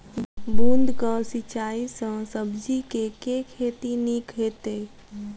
बूंद कऽ सिंचाई सँ सब्जी केँ के खेती नीक हेतइ?